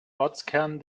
ortskern